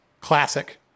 classic